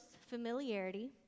familiarity